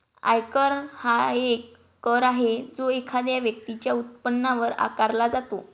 आयकर हा एक कर आहे जो एखाद्या व्यक्तीच्या उत्पन्नावर आकारला जातो